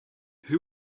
who